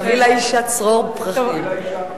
תביא לאשה צרור פרחים.